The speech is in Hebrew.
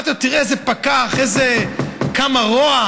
אמרתי לו: תראה איזה פקח, כמה רוע.